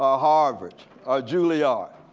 ah harvard, or julliard.